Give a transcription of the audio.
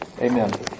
Amen